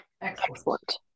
Excellent